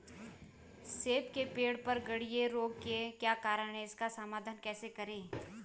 सेब के पेड़ पर गढ़िया रोग के क्या कारण हैं इसका समाधान कैसे करें?